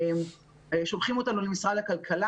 שולחים אותנו למשרד הכלכלה.